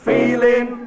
Feeling